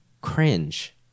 Cringe